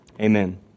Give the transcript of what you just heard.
Amen